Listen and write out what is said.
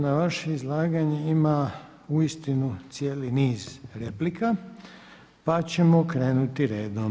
Na vaše izlaganje ima uistinu cijeli niz replika pa ćemo krenuti redom.